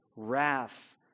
Wrath